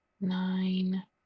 nine